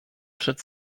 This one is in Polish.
przed